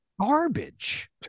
garbage